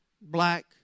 black